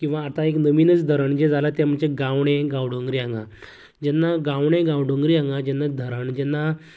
किंवां आता एक नवीनच धरण जे जालां ते म्हणजे गावणे गांवडोंगरी हांगा जेन्ना गावणे गांवडोंगरी हांगा धरण जेन्ना